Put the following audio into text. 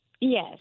Yes